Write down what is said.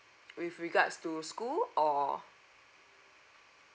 with regards to school or